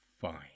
fine